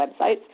websites